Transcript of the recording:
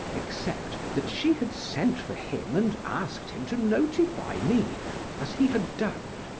except that she had sent for him and asked him to notify me as he had done.